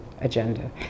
agenda